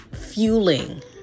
fueling